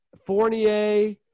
Fournier